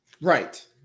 right